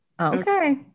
okay